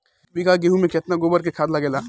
एक बीगहा गेहूं में केतना गोबर के खाद लागेला?